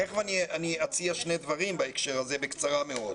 תכף אני אציע שני דברים בהקשר הזה, בקצרה מאוד.